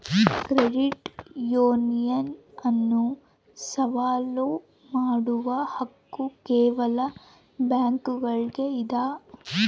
credit union ಅನ್ನು ಸವಾಲು ಮಾಡುವ ಹಕ್ಕು ಕೇವಲ ಬ್ಯಾಂಕುಗುಳ್ಗೆ ಇದ